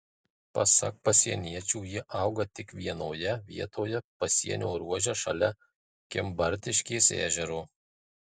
pasak pasieniečių jie auga tik vienoje vietoje pasienio ruože šalia kimbartiškės ežero